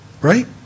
right